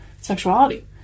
sexuality